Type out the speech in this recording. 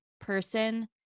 person